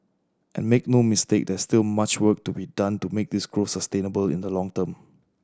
and make no mistake there's still much work to be done to make this growth sustainable in the long term